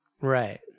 Right